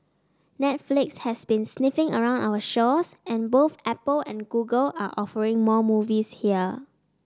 Netflix has been sniffing around our shores and both Apple and Google are offering more movies here